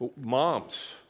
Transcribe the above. Moms